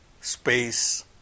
space